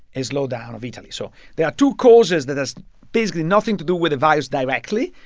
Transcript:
a slowdown of italy. so there are two causes that has basically nothing to do with virus directly,